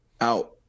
out